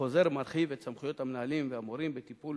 החוזר מרחיב את סמכויות המנהלים והמורים בטיפול